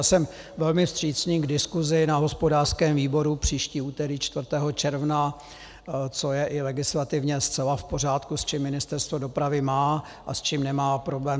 Jsem velmi vstřícný k diskusi na hospodářském výboru příští úterý 4. června, což je i legislativně zcela v pořádku, s čím Ministerstvo dopravy má a s čím nemá problém.